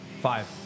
Five